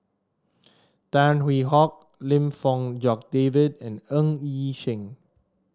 Tan Hwee Hock Lim Fong Jock David and Ng Yi Sheng